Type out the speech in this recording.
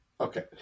Okay